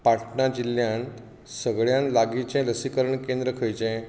पाटणा जिल्ल्यांत सगळ्यांत लागींचें लसीकरण केंद्र खंयचें